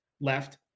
left